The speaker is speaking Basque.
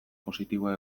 positiboa